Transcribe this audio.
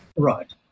Right